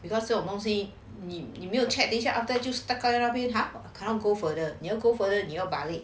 这种东西你没有 check 等下 after that 就 stuck 在那边 cannot go further 你要 go further 你要 target